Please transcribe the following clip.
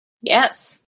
Yes